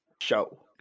Show